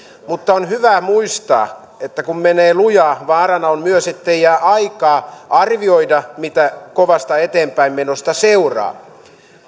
mutta on hyvä muistaa että kun menee lujaa vaarana on myös ettei jää aikaa arvioida mitä kovasta eteenpäinmenosta seuraa